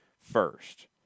first